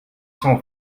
cent